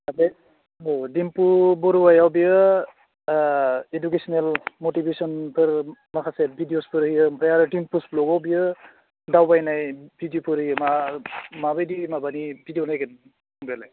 दा बे औ डिम्पु बरुवायाव बियो इडुकेसनेल मटिभेसनफोर माखासे भिडिअसफोर होयो ओमफ्राय आरो डिम्पुस भ्लगआव बियो दावबायनाय भिडिय'फोर होयो मा माबायदि माबायदि भिडिअ' नायगोन फंबायालाय